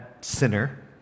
sinner